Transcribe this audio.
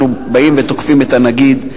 אנחנו באים ותוקפים את הנגיד.